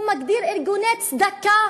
הוא מגדיר ארגוני צדקה